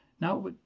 Now